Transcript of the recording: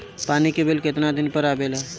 पानी के बिल केतना दिन पर आबे ला?